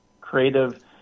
creative